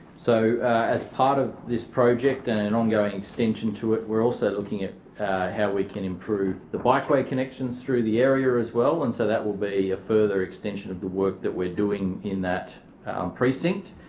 so as part of this project and an ongoing extension to it, we're also looking at how we can improve the bikeway connections through the area as well and so that will be a further extension of the work that we're doing in that precinct.